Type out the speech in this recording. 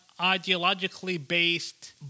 ideologically-based